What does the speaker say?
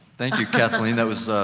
thank you, kathleen. that was